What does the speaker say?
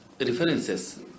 references